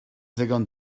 ddigon